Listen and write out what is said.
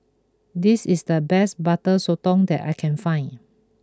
this is the best Butter Sotong that I can find